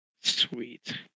Sweet